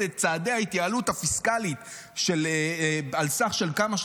צעדי ההתייעלות הפיסקלית על סך של כמה?